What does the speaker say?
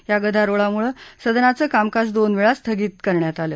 या गदारोळामुळे सदनाचं कामकाज दोनवेळा स्थगित करण्यात आलं